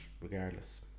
regardless